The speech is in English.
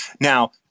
Now